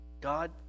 God